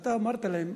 ואתה אמרת להם,